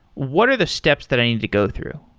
what are the steps that i needed to go through?